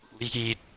leaky